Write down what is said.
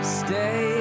stay